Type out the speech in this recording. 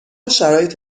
شرایط